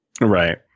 Right